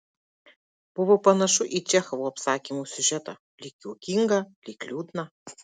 buvo panašu į čechovo apsakymo siužetą lyg juokingą lyg liūdną